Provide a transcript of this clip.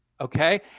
okay